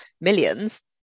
millions